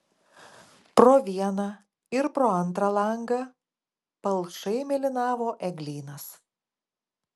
pro vieną ir pro antrą langą palšai mėlynavo eglynas